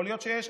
יכול להיות שיש,